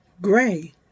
gray